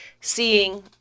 seeing